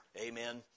Amen